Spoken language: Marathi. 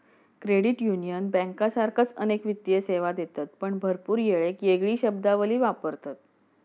क्रेडिट युनियन बँकांसारखाच अनेक वित्तीय सेवा देतत पण भरपूर येळेक येगळी शब्दावली वापरतत